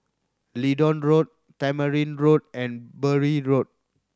Leedon Road Tamarind Road and Bury Road